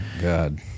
God